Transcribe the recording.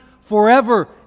forever